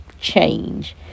change